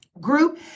group